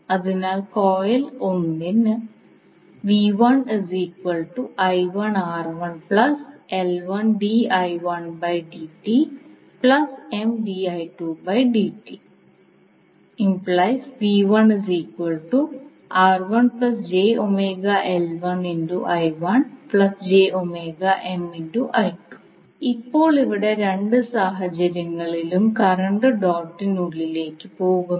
അതിനാൽ കോയിൽ 1 ന് ഇപ്പോൾ ഇവിടെ രണ്ട് സാഹചര്യങ്ങളിലും കറന്റ് ഡോട്ടിനുള്ളിലേക്ക് പോകുന്നു